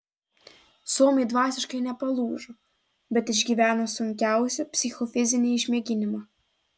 suomiai dvasiškai nepalūžo bet išgyveno sunkiausią psichofizinį išmėginimą